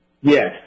Yes